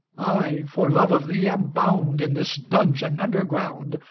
i for love of thee am bound in this dungeon underground,